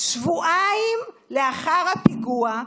שבועיים לאחר הפיגוע,